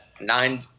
nine